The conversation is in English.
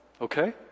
Okay